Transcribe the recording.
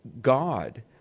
God